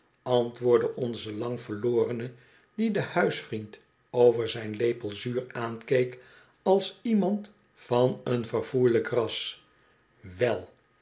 onze lang verlorene die den huisvriend over zijn lepel zuur aankeek als iemand van een verfoeilijk ras wel